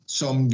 som